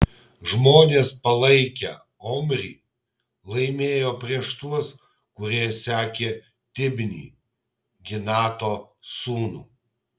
žmonės palaikę omrį laimėjo prieš tuos kurie sekė tibnį ginato sūnų